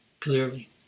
Clearly